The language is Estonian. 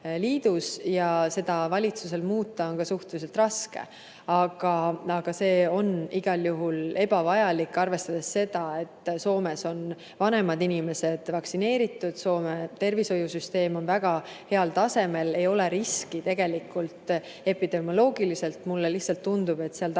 Liidus. Seda on valitsusel muuta suhteliselt raske. Aga see on igal juhul ebavajalik, arvestades seda, et Soomes on vanemad inimesed vaktsineeritud, Soome tervishoiusüsteem on väga heal tasemel ja ei ole tegelikult epidemioloogilist riski. Mulle lihtsalt tundub, et seal taga